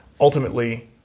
ultimately